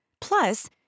Plus